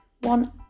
one